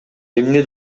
эмне